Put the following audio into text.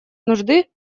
нужды